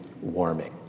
warming